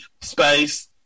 space